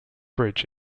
bridge